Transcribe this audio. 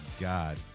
God